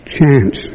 Chance